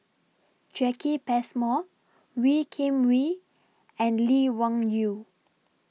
Jacki Passmore Wee Kim Wee and Lee Wung Yew